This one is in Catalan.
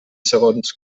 segons